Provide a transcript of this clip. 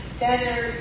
better